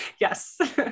yes